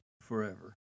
forever